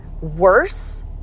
worse